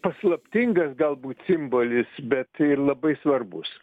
paslaptingas galbūt simbolis bet labai svarbus